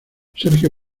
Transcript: sergio